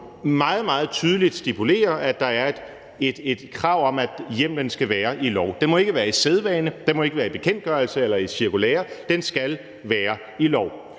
meget tydeligt stipulerer, at der er et krav om, at hjemlen skal være i lov. Den må ikke være i sædvane; den må ikke være i en bekendtgørelse eller et cirkulære. Den skal være i lov.